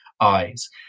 eyes